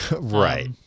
Right